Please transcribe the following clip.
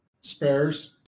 spares